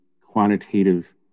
quantitative